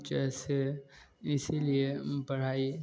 जैसे इसीलिए पढ़ाई